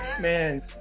Man